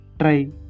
try